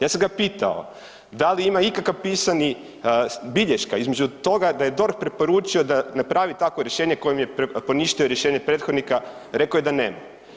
Ja sam ga pitao da li ima ikakav pisani, bilješka između toga da je DORH preporučio da napravi takvo rješenje kojim je poništio rješenje prethodnika reko je da nema.